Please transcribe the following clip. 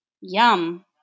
Yum